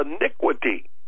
iniquity